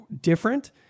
different